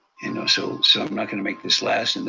you know so sort of not gonna make this last, and